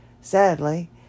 sadly